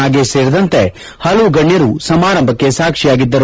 ನಾಗೇಶ್ ಸೇರಿದಂತೆ ಹಲವು ಗಣ್ಯರು ಸಮಾರಂಭಕ್ಕೆ ಸಾಕ್ಷಿಯಾಗಿದ್ದರು